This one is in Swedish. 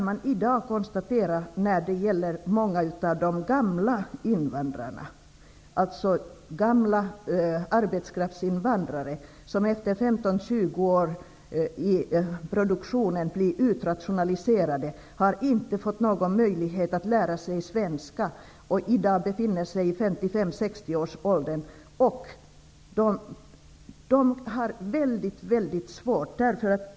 I dag är det vad som kan konstateras när det gäller många av de gamla invandrarna. Det handlar alltså om de gamla arbetskraftsinvandrarna som efter 15--20 år i produktionen rationaliseras bort och som inte fått någon möjlighet att lära sig svenska. Nu är dessa människor i 55--60-årsåldern, och de har det verkligen väldigt svårt.